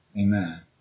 Amen